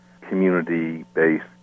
community-based